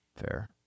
Fair